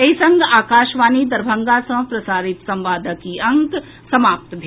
एहि संग आकाशवाणी दरभंगा सँ प्रसारित संवादक ई अंक समाप्त भेल